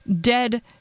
dead